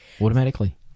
automatically